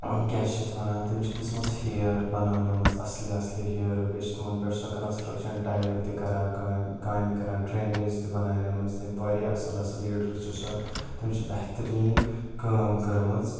کیٛاہ چھِ اَتھ وَنان تٔمۍ چھِ دِژمٕژ ہیر بَنٲونٲومٕژ اَصلہِ اَصلہِ ہیرٕ بیٚیہِ چھِ تِمَن پٮ۪ٹھ سۄ کَنسٹرٛکشَن ٹایلہِ تہِ کَران کامہِ کامہِ کَران ڈرٛینٕز تہِ بَناونایمَژ تٔمۍ واریاہ اَصٕل اَصٕل لیٖڈَر چھِ سۄ تٔمۍ چھِ بہتریٖن کٲم کٔرمٕژ